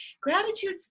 Gratitude